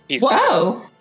Whoa